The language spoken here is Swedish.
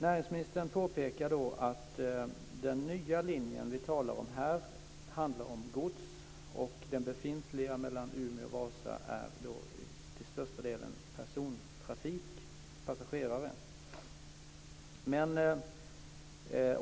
Näringsministern påpekar att den nya linje som vi talar om här skall transportera gods. På den befintliga linjen mellan Umeå och Vasa är det till största delen persontrafik.